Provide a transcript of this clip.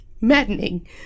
maddening